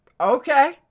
okay